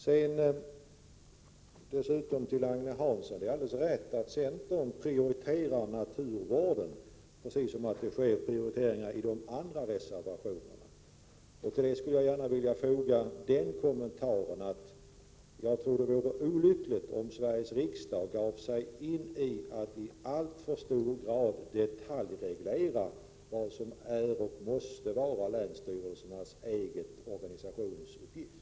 Det är alldeles rätt, Agne Hansson, att centern prioriterar åtgärder på naturvårdens område precis som det görs prioriteringar i de andra reservationerna. Till detta vill jag foga kommentaren att det vore olyckligt om Sveriges riksdag i alltför hög grad detaljreglerade det som måste vara länsstyrelsernas egen organisationsuppgift.